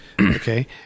okay